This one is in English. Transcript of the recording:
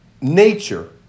nature